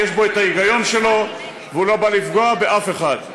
כי יש בו ההיגיון שלו והוא לא בא לפגוע באף אחד.